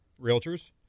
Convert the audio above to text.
realtors